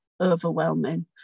overwhelming